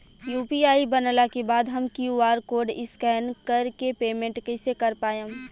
UPI बनला के बाद हम क्यू.आर कोड स्कैन कर के पेमेंट कइसे कर पाएम?